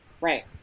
Right